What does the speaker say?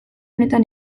honetan